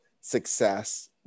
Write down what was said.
success